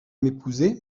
m’épouser